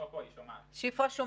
ראש אכ"א, אתה רוצה